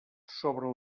sobre